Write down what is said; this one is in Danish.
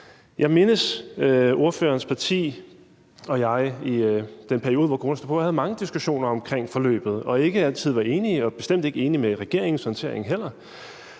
Jeg mindes, at ordførerens parti og jeg i den periode, hvor corona stod på, havde mange diskussioner omkring forløbet og ikke altid var enige og bestemt heller ikke var enige i regeringens håndtering. Der